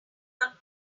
around